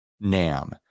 NAM